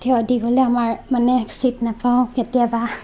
থিয় দি গ'লে আমাৰ মানে ছীট নাপাওঁ কেতিয়াবা